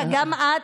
גם את,